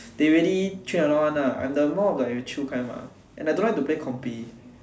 they already train a lot one ah I'm the more of the chill kind ah and I don't like to play compe~